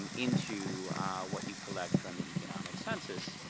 um into what you collect from the economic census.